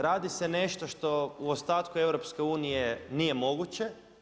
Radi se nešto što u ostatku EU nije moguće.